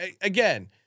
Again